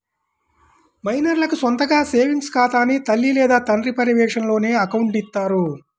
మైనర్లకు సొంతగా సేవింగ్స్ ఖాతాని తల్లి లేదా తండ్రి పర్యవేక్షణలోనే అకౌంట్ని ఇత్తారు